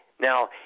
Now